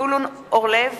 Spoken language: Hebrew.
זבולון אורלב,